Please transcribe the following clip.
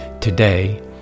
Today